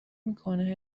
میکنه